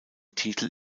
titel